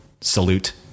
salute